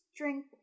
drink